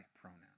pronoun